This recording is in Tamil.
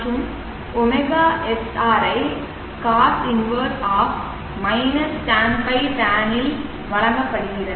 மற்றும் ωsr ஐ cos 1of tanϕ tanδ ஆல் வழங்கப்படுகிறது